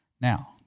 now